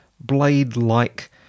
blade-like